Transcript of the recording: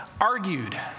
argued